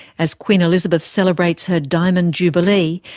as queen elizabeth celebrates her diamond jubilee,